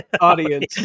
audience